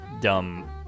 dumb